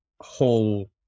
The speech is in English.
whole